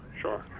Sure